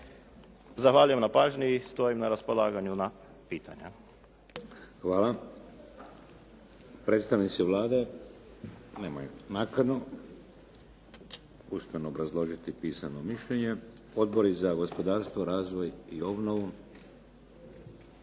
Zahvaljujem na pažnji. Stojim na raspolaganju za pitanja. Hvala. **Šeks, Vladimir (HDZ)** Hvala. Predstavnici Vlade? Nemaju nakanu usmeno obrazložiti pisano mišljenje. Odbori za gospodarstvo, razvoj i obnovu?